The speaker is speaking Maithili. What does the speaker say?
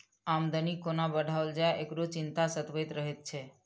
आमदनी कोना बढ़ाओल जाय, एकरो चिंता सतबैत रहैत छै